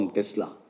Tesla